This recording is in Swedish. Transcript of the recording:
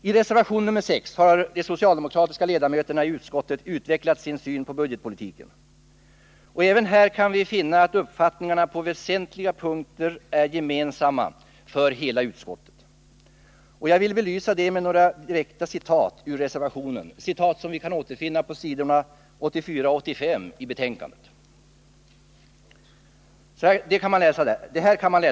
I reservationen 6 har de socialdemokratiska ledamöterna i utskottet utvecklat sin syn på budgetpolitiken. Även här kan vi finna att uppfattningarna på väsentliga punkter är gemensamma för hela utskottet. Jag belyser detta genom några direkta citat ur reservationen, som vi kan återfinna på s. 84 och 85 i betänkandet.